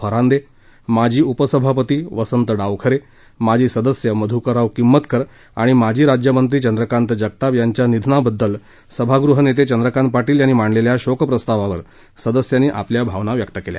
फरांदे माजी उपसभापती वसंत डावखरे माजी सदस्य मधुकरराव किंमतकर आणि माजी राज्यमंत्री चंद्रकात जगताप यांचा निधनाबद्दल सभागृह नेते चंद्रकात पाटील यांनी मांडलेल्या शोकप्रस्तावर सदस्यांनी आपल्या भावना व्यक्त केल्या